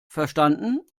verstanden